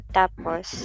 tapos